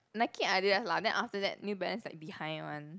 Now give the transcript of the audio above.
Nike and Adidas lah then after that New Balance like behind one